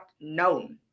known